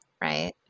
right